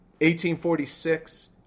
1846